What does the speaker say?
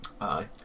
Aye